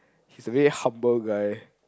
he's a very humble guy